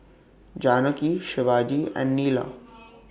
Janaki Shivaji and Neila